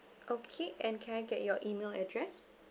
okay and can I get your email address